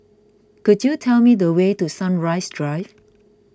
could you tell me the way to Sunrise Drive